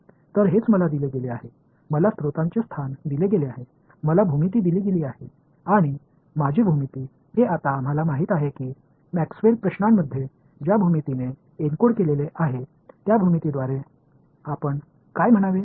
तर हेच मला दिले गेले आहे मला स्त्रोतांचे स्थान दिले गेले आहे मला भूमिती दिली गेली आहे आणि माझी भूमिती हे आता आम्हाला माहित आहे की मॅक्सवेल प्रश्नांमध्ये ज्या भूमितीने एन्कोड केलेले आहे त्या भूमितीद्वारे आपण काय म्हणावे